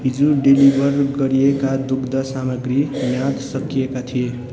हिजो डेलिभर गरिएका दुध सामग्री म्याद सकिएका थिए